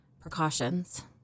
precautions